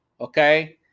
okay